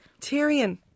Tyrion